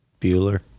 Bueller